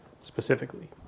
specifically